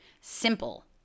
simple